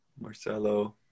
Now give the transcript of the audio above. Marcelo